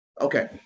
Okay